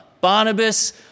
Barnabas